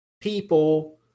people